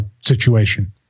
situation